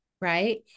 right